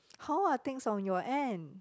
how are things on your end